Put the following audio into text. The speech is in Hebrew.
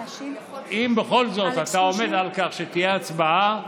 אם בכל זאת אתה עומד על כך שתהיה הצבעה,